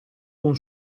con